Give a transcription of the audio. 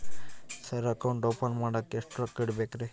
Sir account open ಮಾಡಾಕ ಎಷ್ಟು ರೊಕ್ಕ ಇಡಬೇಕ್ರಿ?